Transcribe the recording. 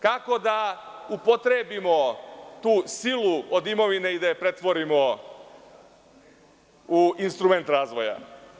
Kako da upotrebimo tu silu od imovine i da je pretvorimo u instrument razvoja?